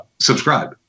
subscribe